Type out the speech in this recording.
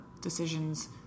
decisions